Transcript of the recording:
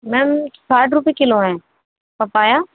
میم ساٹھ روپیے کلو ہیں پپایا